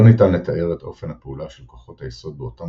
לא ניתן לתאר את אופן הפעולה של כוחות היסוד באותם